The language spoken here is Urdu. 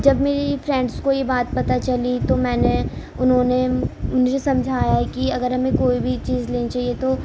جب میری فرینڈس کو یہ بات پتا چلی تو میں نے انہوں نے مجھے سمجھایا کہ اگر ہمیں کوئی بھی چیز لینی چاہیے تو